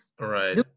Right